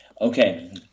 okay